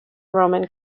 roman